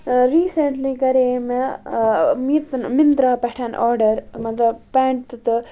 recently کَرے مےٚ من مَنترا پٮ۪ٹھ آرڈر مطلب پینٹ تہِ تہٕ